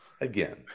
again